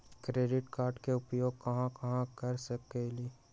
Credit card के उपयोग कहां कहां कर सकईछी?